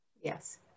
Yes